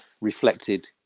reflected